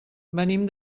venim